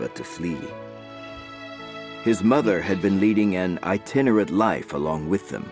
but to flee his mother had been leading and i tend to read life along with them